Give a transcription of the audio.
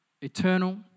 eternal